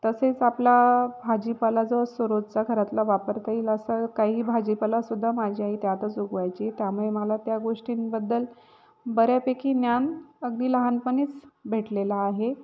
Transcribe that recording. तसेच आपला भाजीपाला जो असतो रोजचा घरातला वापरता येईल असा काही भाजीपाला सुद्धा माझी आई त्यातच उगवायची त्यामुळे मला त्या गोष्टींबद्दल बऱ्यापैकी ज्ञान अगदी लहानपणीच भेटलेलं आहे